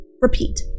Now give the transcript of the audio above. Repeat